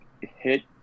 hit